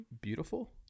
Beautiful